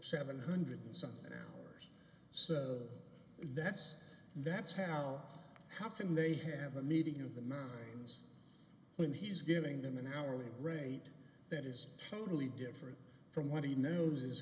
seven hundred something hours so that's that's how how can they have a meeting of the minds when he's giving them an hourly rate that is totally different from what he knows is